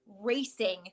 racing